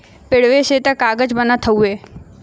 पेड़वे से त कागज बनत हउवे